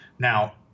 Now